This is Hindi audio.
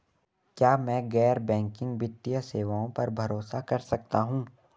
क्या मैं गैर बैंकिंग वित्तीय सेवाओं पर भरोसा कर सकता हूं?